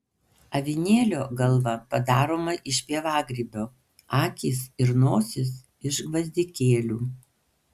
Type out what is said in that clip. avinėlio galva padaroma iš pievagrybio akys ir nosis iš gvazdikėlių